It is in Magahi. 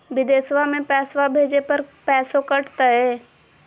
बिदेशवा मे पैसवा भेजे पर पैसों कट तय?